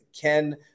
ken